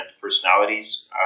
personalities